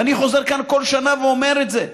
ואני חוזר כאן כל שנה ואומר את זה: